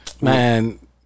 Man